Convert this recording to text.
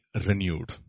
renewed